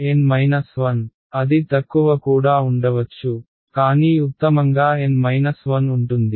N 1 అది తక్కువ కూడా ఉండవచ్చు కానీ ఉత్తమంగా N 1 ఉంటుంది